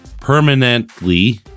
permanently